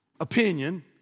opinion